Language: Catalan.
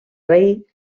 rei